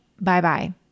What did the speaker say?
bye-bye